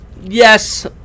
Yes